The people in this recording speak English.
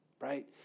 right